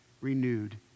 renewed